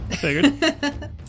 Figured